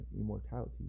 immortality